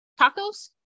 tacos